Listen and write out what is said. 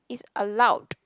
it's allowed